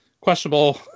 questionable